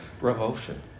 revulsion